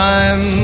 Time